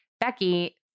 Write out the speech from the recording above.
Becky